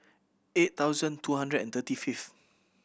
eight thousand two hundred and thirty fifth